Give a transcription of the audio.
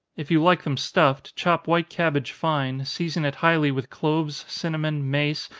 if you like them stuffed, chop white cabbage fine, season it highly with cloves, cinnamon, mace,